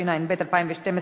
התשע"ב 2012,